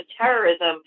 terrorism